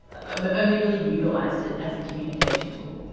i've only really utilised it as a communication tool.